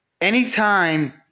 Anytime